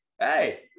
Hey